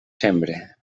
sembre